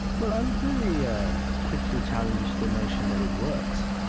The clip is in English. well, i would very yeah quickly challenge the notion that it works.